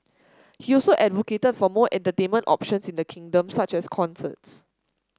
he also advocated for more entertainment options in the kingdom such as concerts